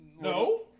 No